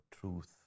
truth